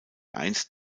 einst